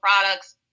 products